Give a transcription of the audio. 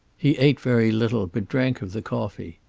he ate very little, but drank of the coffee.